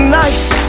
nice